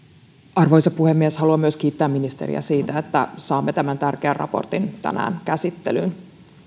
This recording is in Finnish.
arvoisa puhemies haluan myös kiittää ministeriä siitä että saamme tämän tärkeän raportin tänään käsittelyyn